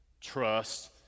trust